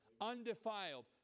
undefiled